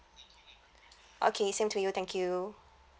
okay same to you thank you